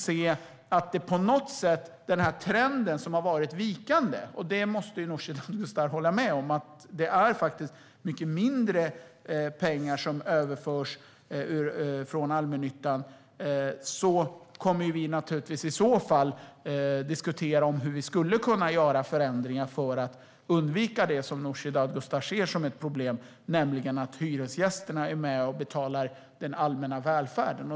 Det är en vikande trend, och Nooshi Dadgostar måste hålla med om att det överförs mycket mindre pengar från allmännyttan nu. Men skulle det ändras kommer vi att diskutera vad vi kan göra för att undvika det Nooshi Dadgostar ser som ett problem, nämligen att hyresgästerna är med och betalar den allmänna välfärden.